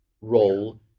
role